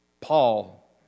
Paul